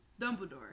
Dumbledore